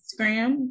Instagram